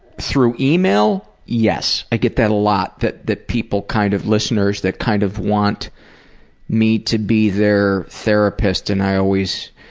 through e-mail. yes, i get that a lot that that people, kind of, listeners that kind of want me to be their therapist and i always,